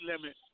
limit